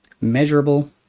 measurable